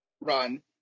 run